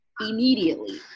immediately